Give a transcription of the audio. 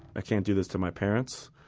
ah can't do this to my parents,